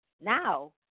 Now